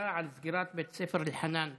ההחלטה על סגירת בית הספר אלחנאן בעראבה.